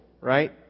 right